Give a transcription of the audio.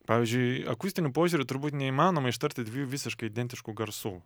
pavyzdžiui akustiniu požiūriu turbūt neįmanoma ištarti dviejų visiškai identiškų garsų